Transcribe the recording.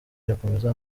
irakomeza